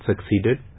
succeeded